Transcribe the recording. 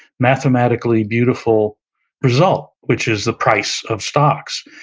mathematically beautiful result which is the price of stocks.